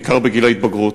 בעיקר בגיל ההתבגרות.